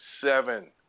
seven